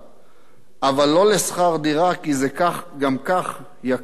אבל לא לשכר דירה, כי זה גם כך יקר גם לנו.